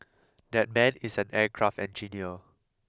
that man is an aircraft engineer